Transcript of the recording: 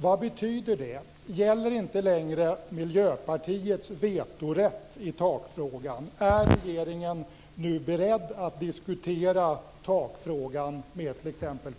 Vad betyder det? Gäller inte längre Miljöpartiets vetorätt i takfrågan? Är regeringen nu beredd att diskutera takfrågan med t.ex.